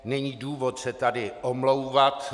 Není důvod se tady omlouvat.